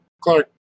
Clark